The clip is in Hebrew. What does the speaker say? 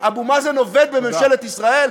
אבו מאזן עובד בממשלת ישראל?